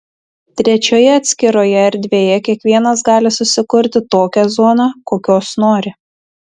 trečioje atskiroje erdvėje kiekvienas gali susikurti tokią zoną kokios nori